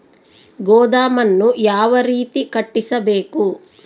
ಗೋದಾಮನ್ನು ಯಾವ ರೇತಿ ಕಟ್ಟಿಸಬೇಕು?